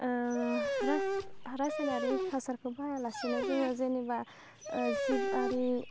रासाइनारि हासारखौ बाहायालासेनो जोङो जेनेबा जिबारि